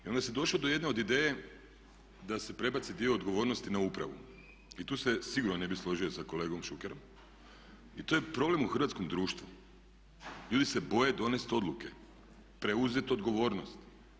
I onda se došlo do jedne od ideje da se prebaci dio odgovornosti na upravu i tu se sigurno ne bih složio sa kolegom Šukerom i to je problem u hrvatskom društvu, ljudi se boje donesti odluke, preuzeti odgovornost.